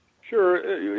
sure